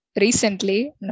recently